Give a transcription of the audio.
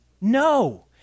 No